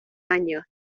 años